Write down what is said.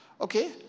okay